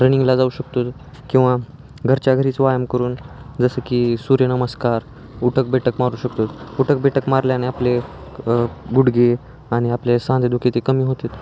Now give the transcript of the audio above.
रनिंगला जाऊ शकतो किंवा घरच्या घरीच व्यायाम करून जसं की सूर्यनमस्कार उठक बैठक मारू शकतो उठक बैठक मारल्याने आपले गुडघे आणि आपले सांधेदुखी ते कमी होते